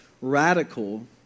radical